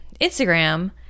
Instagram